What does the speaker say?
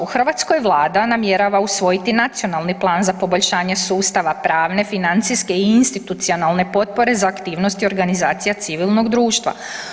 U Hrvatskoj Vlada namjerava usvojiti nacionalni plan za poboljšanje sustava pravne, financijske i institucionalne potpore za aktivnosti organizacija civilnog društva.